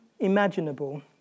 Imaginable